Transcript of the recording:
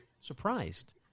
surprised